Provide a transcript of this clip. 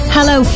Hello